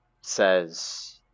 says